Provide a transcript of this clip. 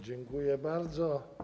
Dziękuję bardzo.